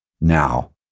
now